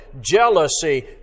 jealousy